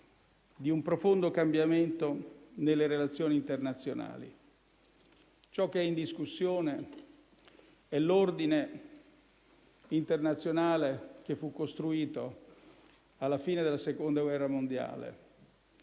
di un profondo cambiamento nelle relazioni internazionali. Ciò che è in discussione è l'ordine internazionale che fu costruito alla fine della Seconda guerra mondiale: